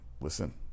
listen